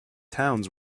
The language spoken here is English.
towns